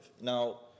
Now